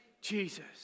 Jesus